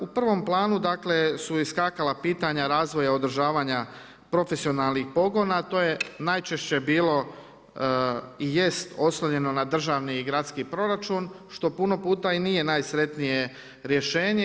U prvom planu su iskakala pitanja, razvoja održavanja profesionalnih pogona to je najčešće bilo i jest oslonjeno na državni i gradski proračun, što puno puta i nije najsretnije rješenje.